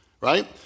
right